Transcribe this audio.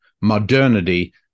modernity